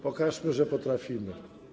Pokażmy, że potrafimy.